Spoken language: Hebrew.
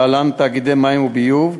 להלן: תאגידי מים וביוב,